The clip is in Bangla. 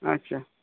আচ্ছা